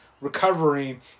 recovering